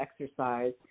exercise